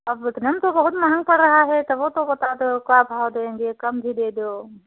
अब इतने में तो बहुत महँगा पड़ रहा है तभो तो बता दो का भाव देंगे कम भी दे दो